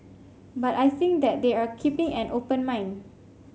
but I think that they are keeping an open mind